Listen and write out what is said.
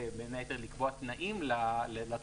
ובין היתר לקבוע תנאים לתחולה,